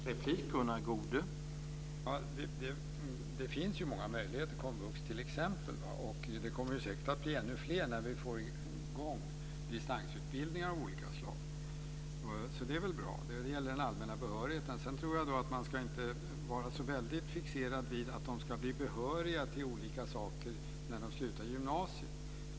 Herr talman! Det finns många möjligheter, t.ex. komvux. Det kommer säkert att bli ännu fler när vi får i gång distansutbildningar av olika slag. Det är väl bra när det gäller den allmänna behörigheten. Jag tror att vi inte ska vara så väldigt fixerade vid att man ska bli behörig till olika saker när man slutar gymnasiet.